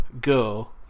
go